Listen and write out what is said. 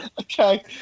Okay